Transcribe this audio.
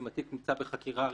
אם התיק נמצא בחקירה ראשונית,